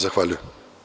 Zahvaljujem.